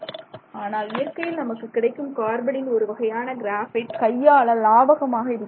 ஆனால் இயற்கையில் நமக்கு கிடைக்கும் கார்பனின் ஒருவகையான கிராபைட் கையாள லாவகமாக இருக்கிறது